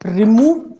remove